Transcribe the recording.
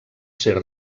ser